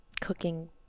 cooking